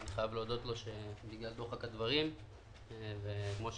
אני חייב להודות לו כי כמו שאמרת,